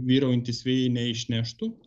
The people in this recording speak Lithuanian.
vyraujantys vėjai neišneštų